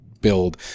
build